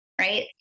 right